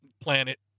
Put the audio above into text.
planet